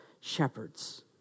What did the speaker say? shepherds